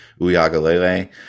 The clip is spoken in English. Uyagalele